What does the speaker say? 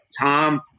Tom